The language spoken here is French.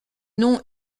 nom